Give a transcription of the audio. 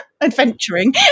adventuring